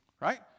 Right